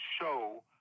show